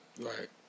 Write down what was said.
Right